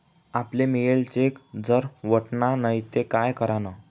आपले mail check जर वटना नै ते काय करानं?